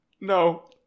No